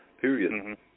period